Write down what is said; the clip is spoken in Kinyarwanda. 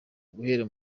guhera